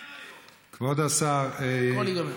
אה, אז זה לא ייגמר